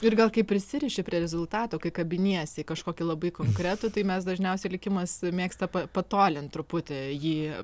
ir gal kai prisiriši prie rezultato kai kabiniesi į kažkokį labai konkretų tai mes dažniausiai likimas mėgsta pa patolint truputį jį